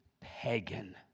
pagan